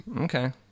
Okay